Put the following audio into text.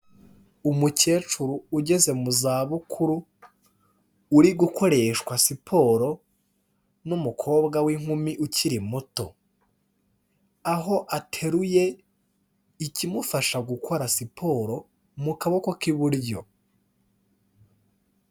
Umukecuru ugeze mu zabukuru uri gukoreshwa siporo n'umukobwa w'inkumi ukiri muto; aho ateruye ikimufasha gukora siporo mu kaboko k'iburyo.